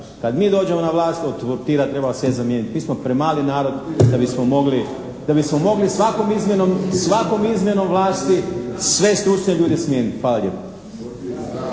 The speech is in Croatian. Kad mi dođemo na vlast od portira treba sve zamijeniti. Mi smo premali narod da bismo mogli svakom izmjenom vlasti sve stručne ljude smijeniti. Hvala lijepa.